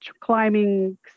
climbing